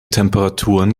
temperaturen